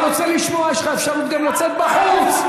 חבר הכנסת מסעוד גנאים,